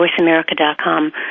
voiceamerica.com